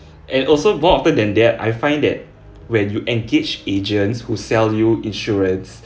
and also more often than that I find that when you engage agents who sell you insurance